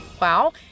Wow